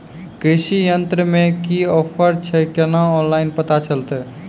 कृषि यंत्र मे की ऑफर छै केना ऑनलाइन पता चलतै?